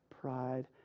pride